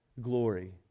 glory